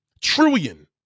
trillion